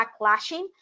backlashing